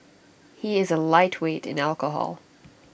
he is A lightweight in alcohol